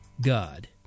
God